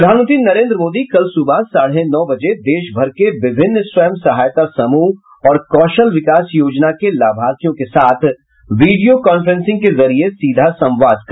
प्रधानमंत्री नरेन्द्र मोदी कल सुबह साढ़े नौ बजे देश भर के विभिन्न स्वयं सहायता समूह और कौशल विकास के योजना के लाभर्थियों के साथ वीडियो कॉफ्रेंसिंग के जरिये सीधा संवाद करेंगे